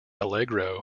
allegro